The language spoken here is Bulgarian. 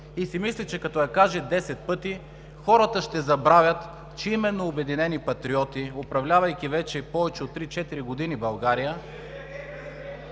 и си мисли, че като я каже десет пъти, хората ще забравят, че именно „Обединени патриоти“, управлявайки вече повече от три-четири години България